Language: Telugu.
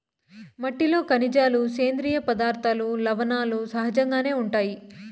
మట్టిలో ఖనిజాలు, సేంద్రీయ పదార్థాలు, లవణాలు సహజంగానే ఉంటాయి